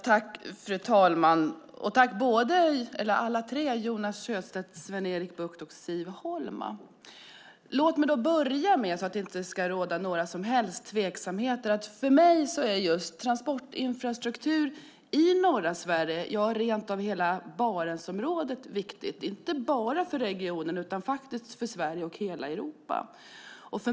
Fru talman! Jag tackar Jonas Sjöstedt, Sven-Erik Bucht och Siv Holma. Låt mig, för att det inte ska råda några som helst tveksamheter, börja med att säga att för mig är transportinfrastrukturen i norra Sverige, ja i hela Barentsområdet, viktig. Det gäller inte bara för regionen utan för Sverige och hela Europa.